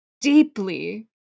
deeply